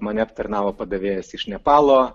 mane aptarnavo padavėjas iš nepalo